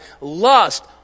Lust